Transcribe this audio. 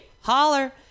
Holler